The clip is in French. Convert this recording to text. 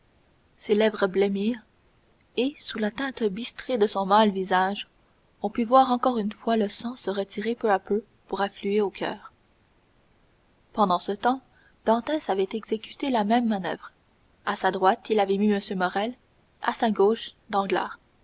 ses lèvres blêmirent et sous la teinte bistrée de son mâle visage on put voir encore une fois le sang se retirer peu à peu pour affluer au coeur pendant ce temps dantès avait exécuté la même manoeuvre à sa droite il avait mis m morrel à sa gauche